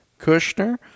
Kushner